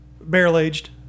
Barrel-aged